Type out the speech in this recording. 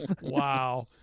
Wow